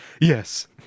Yes